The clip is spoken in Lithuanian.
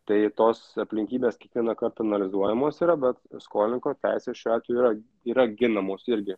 tai tos aplinkybės kiekvienąkart analizuojamos yra bet skolininko teisės šiuo atveju yra yra ginamos irgi